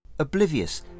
oblivious